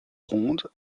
rondes